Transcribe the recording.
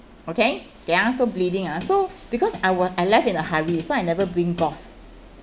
okay okay ah so bleeding ah so because I wa~ I left in a hurry that's why I never bring gauze